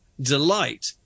delight